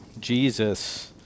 Jesus